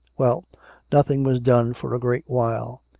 well nothing was done for a great while.